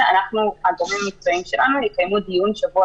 הגורמים המקצועיים שלנו יקיימו דיון בשבוע